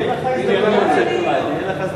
תהיה לך הזדמנות אחרת.